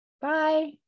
Bye